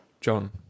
John